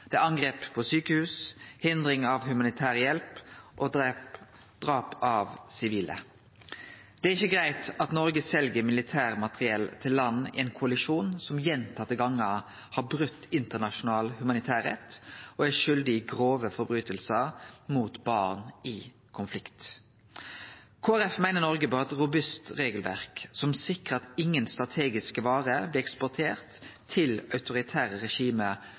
angrep på sjukehus, hindring av humanitær hjelp og drap på sivile. Det er ikkje greitt at Noreg sel militært materiell til land i ein koalisjon som gjentatte gonger har brote internasjonal humanitærrett, og er skyldig i grove brotsverk mot barn i konflikt. Kristeleg Folkeparti meiner Noreg bør ha eit robust regelverk som sikrar at ingen strategiske varer blir eksportert til autoritære regime